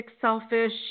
selfish